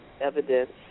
evidence